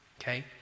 okay